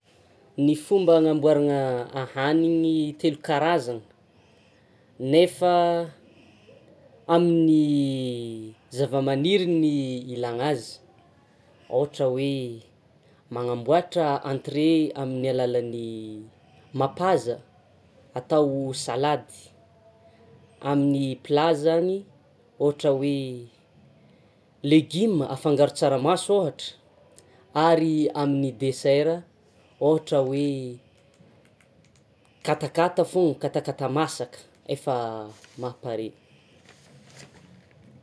Ny fomba hanamboarana ahaniny telo karazana nefa amin'ny zava-maniry ny ilàna azy ohatra hoe; manamboatra entré amin'ny alalan'ny mapaza atao salady, amin'ny plat zany ohatra hoe legioma afangaro tsaramaso ohatra, ary amin'ny dessert ohatra hoe: katakata fao; katakata masaka efa ma- paré.